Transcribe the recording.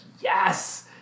yes